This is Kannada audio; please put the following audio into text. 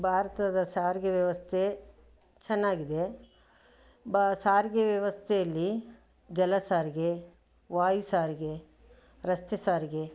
ಭಾರತದ ಸಾರಿಗೆ ವ್ಯವಸ್ಥೆ ಚೆನ್ನಾಗಿದೆ ಬ ಸಾರಿಗೆ ವ್ಯವಸ್ಥೆಯಲ್ಲಿ ಜಲ ಸಾರಿಗೆ ವಾಯು ಸಾರಿಗೆ ರಸ್ತೆ ಸಾರಿಗೆ